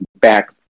back